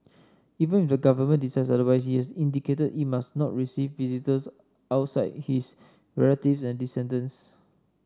even if the government decides otherwise he is indicated it must not receive visitors outside his relative and descendants